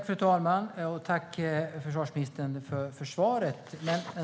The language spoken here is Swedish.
Fru talman! Tack, försvarsministern, för svaret!